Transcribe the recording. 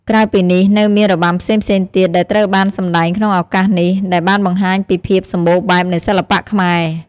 ក្រៅពីនេះ នៅមានរបាំផ្សេងៗទៀតដែលត្រូវបានសម្តែងក្នុងឱកាសនេះ ដែលបានបង្ហាញពីភាពសម្បូរបែបនៃសិល្បៈខ្មែរ។